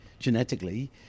Genetically